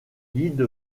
guide